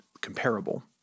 comparable